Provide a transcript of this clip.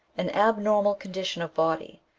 an abnormal condition of body,